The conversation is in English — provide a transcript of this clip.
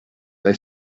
they